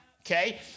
Okay